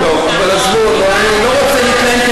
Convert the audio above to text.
אני לא רוצה להתלהם,